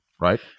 Right